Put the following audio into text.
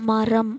மரம்